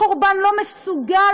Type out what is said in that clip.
קורבן לא מסוגל,